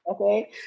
Okay